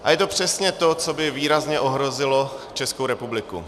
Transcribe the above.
A je to přesně to, co by výrazně ohrozilo Českou republiky.